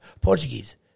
Portuguese